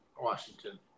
Washington